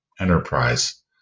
enterprise